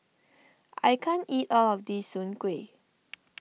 I can't eat all of this Soon Kueh